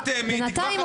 בינתיים,